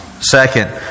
Second